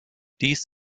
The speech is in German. dies